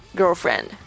girlfriend